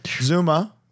Zuma